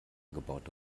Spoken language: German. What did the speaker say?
gebaute